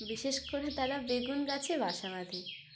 বিশেষ করে তারা বেগুন গাছে বাসা বাঁধি